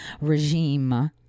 regime